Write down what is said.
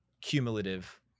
cumulative